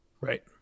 Right